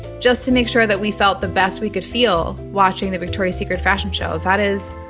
just to make sure that we felt the best we could feel watching the victoria's secret fashion show. that is.